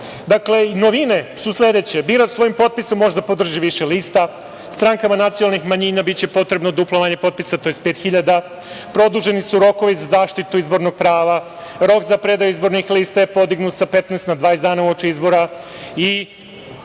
usvojene. Novine su sledeće – birač svojim potpisom može da podrži više lista, strankama nacionalnih manjina biće potrebno duplo manje potpisa, tj. 5 hiljada, produženi su rokovi za zaštitu izbornog prava, rok za predaju izbornih lista je podignut sa 15 na 20 dana uoči izbora